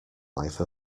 life